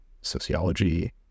sociology